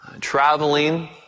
traveling